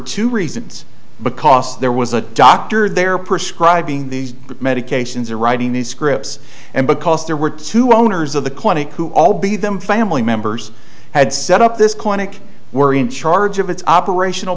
two reasons because there was a doctor there prescribing these medications or writing these scripts and because there were two owners of the clinic who all be them family members had set up this clinic were in charge of its operational